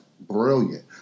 brilliant